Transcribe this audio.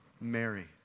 Mary